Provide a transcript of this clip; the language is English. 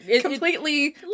completely